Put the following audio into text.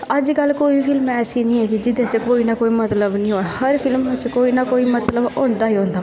अज्जकल कोई ऐसी फिल्म निं ऐ जेह्दे च कोई ना कोई मतलब निं होऐ हर फिल्म बिच कोई ना कोई मतलब हों दा ई होंदा